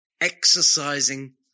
Exercising